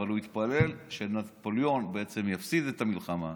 אבל הוא התפלל שנפוליאון יפסיד במלחמה.